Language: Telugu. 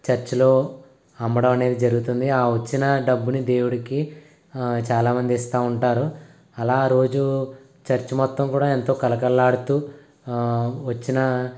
చర్చిలో అమ్మడం అనేది జరుగుతుంది ఆ వచ్చిన డబ్బుని దేవుడికి చాలామంది ఇస్తా ఉంటారు అలా రోజు చర్చి మొత్తం కూడా ఎంతో కళకళలాడుతూ వచ్చిన